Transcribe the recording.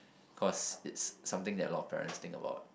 cause it's something that a lot of parents think about